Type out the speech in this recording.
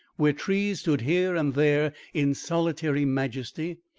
where trees stood here and there in solitary majesty,